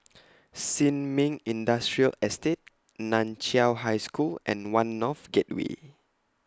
Sin Ming Industrial Estate NAN Chiau High School and one North Gateway